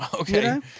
Okay